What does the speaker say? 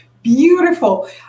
Beautiful